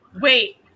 wait